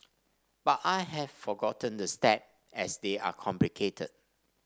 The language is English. but I have forgotten the step as they are complicated